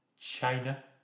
China